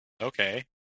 Okay